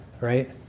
right